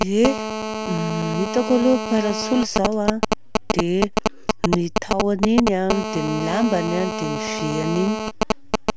Ie, hitako aloha parasoly zao a, dia ny tahoan'igny an, dia ny lambany an, dia ny v an'igny.